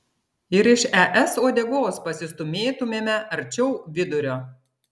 ir iš es uodegos pasistūmėtumėme arčiau vidurio